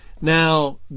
Now